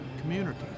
community